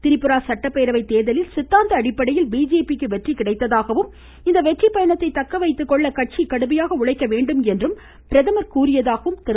திரிபுரா சட்டப்பேரவை தேர்தலில் சித்தாந்த அடிப்படையில் பிஜேபி க்கு வெற்றி கிடைத்ததாகவும் இந்த வெற்றிப்பயணத்தை தக்க வைத்துக்கொள்ள கட்சி கடுமையாக உழைக்க வேண்டும் என்றும் பிரதமா் கூறியதாக திரு